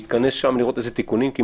להתכנס שם, לראות איזה תיקונים אפשר לעשות.